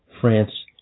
France